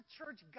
church